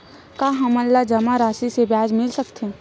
का हमन ला जमा राशि से ब्याज मिल सकथे?